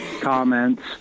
comments